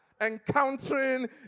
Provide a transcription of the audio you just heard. encountering